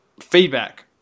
feedback